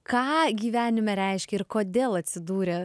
ką gyvenime reiškia ir kodėl atsidūrė